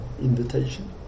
invitation